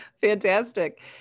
Fantastic